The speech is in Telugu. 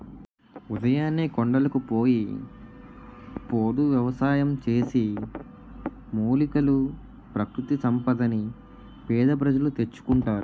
ఉదయాన్నే కొండలకు పోయి పోడు వ్యవసాయం చేసి, మూలికలు, ప్రకృతి సంపదని పేద ప్రజలు తెచ్చుకుంటారు